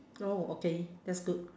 oh okay that's good